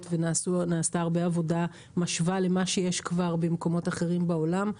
ונעשתה הרבה עבודה משווה למה שכבר יש במקומות אחרים בעולם.